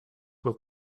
will